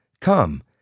Come